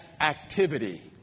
activity